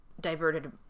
diverted